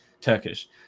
Turkish